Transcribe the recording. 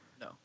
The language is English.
no